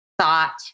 thought